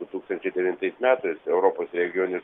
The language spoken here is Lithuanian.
du tūkstančiai devintais metais europos regionus